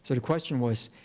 sort of question was,